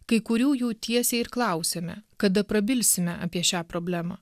kai kurių jų tiesiai ir klausėme kada prabilsime apie šią problemą